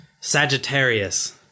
Sagittarius